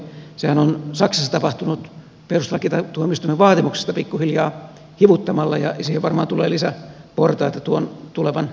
sehän on saksassa tapahtunut perustuslakituomioistuimen vaatimuksesta pikkuhiljaa hivuttamalla ja siihen varmaan tulee lisäportaita tuon tulevan ratkaisun kautta